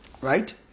Right